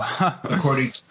according